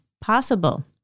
possible